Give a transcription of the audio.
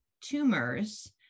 tumors